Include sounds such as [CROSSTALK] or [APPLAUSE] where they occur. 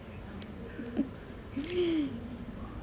[LAUGHS]